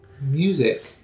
music